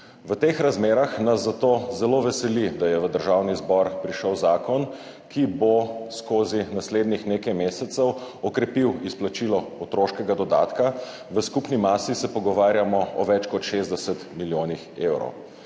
V teh razmerah nas zato zelo veseli, da je v Državni zbor prišel zakon, ki bo skozi naslednjih nekaj mesecev okrepil izplačilo otroškega dodatka. V skupni masi se pogovarjamo o več kot 60 milijonih evrov.